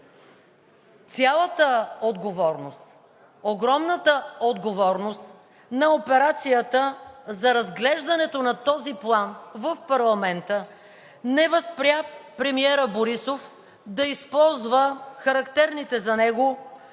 Цялата отговорност – огромната отговорност, на операцията за разглеждането на този план в парламента не възпря премиерът Борисов да използва характерните за него